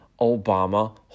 Obama